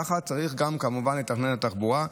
כך צריך לתכנן את התחבורה.